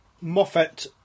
moffat